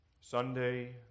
Sunday